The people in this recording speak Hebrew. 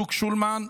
הזוג שולמן,